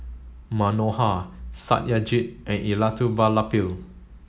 Manohar Satyajit and Elattuvalapil